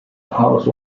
house